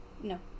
No